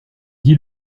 dis